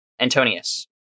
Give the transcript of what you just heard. Antonius